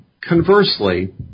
Conversely